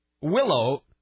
Willow